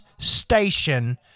station